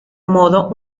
modo